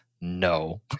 no